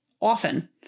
often